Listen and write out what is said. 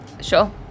Sure